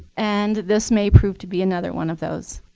and this may prove to be another one of those.